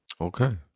okay